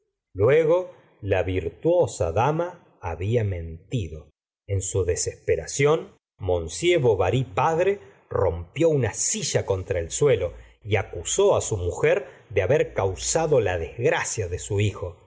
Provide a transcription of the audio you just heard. luego la virtuosa dama había mentido en su desesperación m bovary padre rompió una silla contra el suelo y acusó su mujer de haber causado la desgracia de su hijo